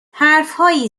حرفهایی